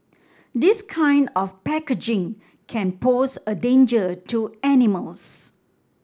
this kind of packaging can pose a danger to animals